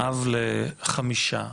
אב לחמישה,